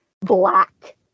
black